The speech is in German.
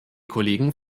kollegen